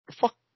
fuck